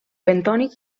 bentònic